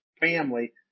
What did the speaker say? family